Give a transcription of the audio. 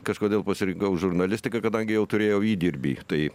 kažkodėl pasirinkau žurnalistiką kadangi jau turėjau įdirbį tai